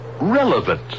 relevant